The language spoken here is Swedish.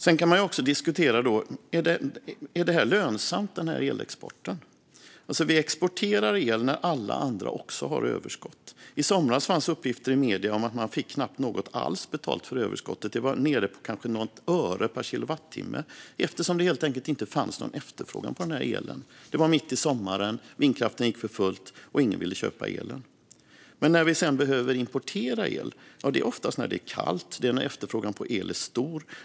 Sedan kan man diskutera om elexporten är lönsam. Vi exporterar el när alla andra också har överskott. I somras fanns det uppgifter i medierna om att vi knappt fick något betalt alls för överskottet - det var nere på kanske något öre per kilowattimme - eftersom det helt enkelt inte fanns någon efterfrågan på elen. Det var mitt i sommaren, vindkraften gick för fullt och ingen ville köpa elen. Men när vi sedan behöver importera el är det oftast kallt, och då är efterfrågan på el stor.